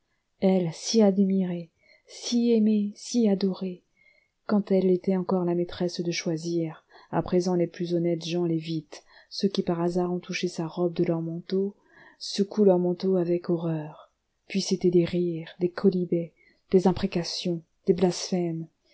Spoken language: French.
elle si admirée si aimée si adorée quand elle était encore la maîtresse de choisir à présent les plus honnêtes gens l'évitent ceux qui par hasard ont touché sa robe de leur manteau secouent leur manteau avec horreur puis c'étaient des rires des quolibets des imprécations des blasphèmes